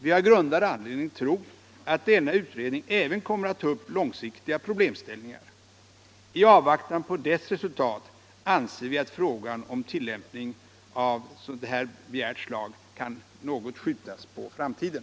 Vi har grundad anledning tro att denna utredning även kommer att ta upp långsiktiga problemställningar. I avvaktan på dess resultat anser vi att frågan kan något skjutas på framtiden.